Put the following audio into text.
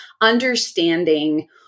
understanding